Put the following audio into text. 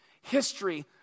history